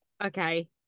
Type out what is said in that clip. okay